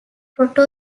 proto